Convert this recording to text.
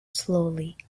slowly